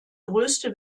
größte